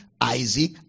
Isaac